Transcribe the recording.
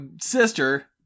sister